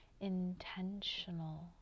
intentional